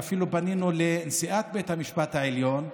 ואפילו פנינו לנשיאת בית המשפט העליון,